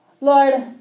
Lord